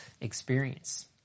experience